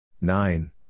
nine